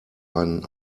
einen